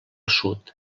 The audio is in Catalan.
sud